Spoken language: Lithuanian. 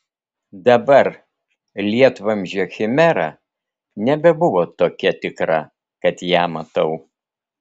dabar lietvamzdžio chimera nebebuvo tokia tikra kad ją matau